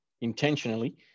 intentionally